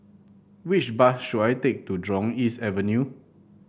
which bus should I take to Jurong East Avenue